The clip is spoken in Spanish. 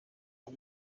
los